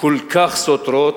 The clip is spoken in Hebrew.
כל כך סותרות?